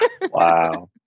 Wow